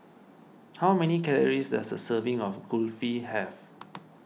how many calories does a serving of Kulfi have